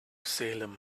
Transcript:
salem